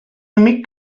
amic